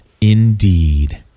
Indeed